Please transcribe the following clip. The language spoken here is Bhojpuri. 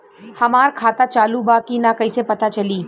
हमार खाता चालू बा कि ना कैसे पता चली?